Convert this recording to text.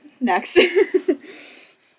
Next